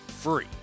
Free